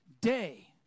day